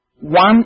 one